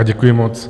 Děkuji moc.